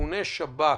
שאיכוני שב"כ,